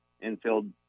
infield